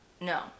No